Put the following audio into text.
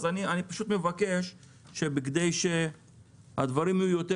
אני פשוט מבקש כדי שהדברים יהיו יותר